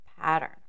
pattern